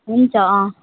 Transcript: हुन्छ अँ